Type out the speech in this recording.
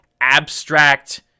abstract